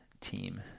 team